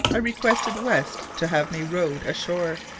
i requested west to have me rowed ashore.